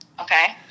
Okay